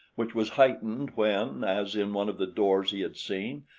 which was heightened when, as in one of the doors he had seen,